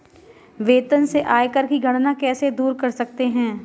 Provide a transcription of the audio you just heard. वेतन से आयकर की गणना कैसे दूर कर सकते है?